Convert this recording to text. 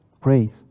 praise